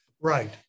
right